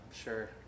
sure